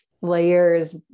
layers